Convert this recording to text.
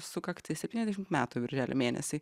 sukaktis septyniasdešimt metų birželio mėnesį